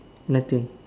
nothing